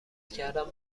کردن